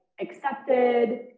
accepted